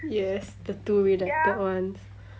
yes the two redacted ones